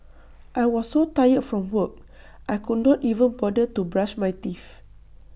I was so tired from work I could not even bother to brush my teeth